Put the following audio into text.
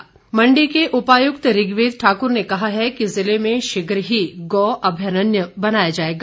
DC Mandi Mandi के उपायुक्त ऋग्वेद ठाक्र ने कहा है कि जिले में शीघ्र ही गौ अभ्यारण्य बनाया जाएगा